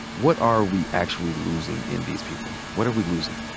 what are we actually losing in these people? what are we losing?